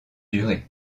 durée